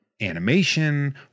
animation